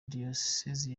diyoseze